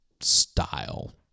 style